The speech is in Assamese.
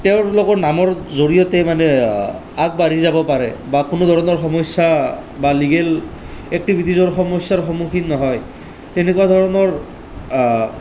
তেওঁলোকৰ নামৰ জৰিয়তে মানে আগবাঢ়ি যাব পাৰে বা কোনো ধৰণৰ সমস্যা বা লীগেল এক্টিভিটিছৰ সমস্যাৰ সন্মুখীন নহয় তেনেকুৱা ধৰণৰ